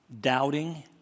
doubting